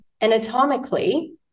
anatomically